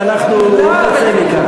ואנחנו לא נצא מכאן.